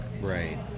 Right